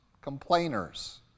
complainers